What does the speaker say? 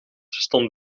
stond